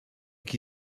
qui